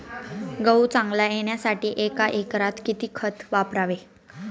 गहू चांगला येण्यासाठी एका एकरात किती खत वापरावे?